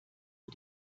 für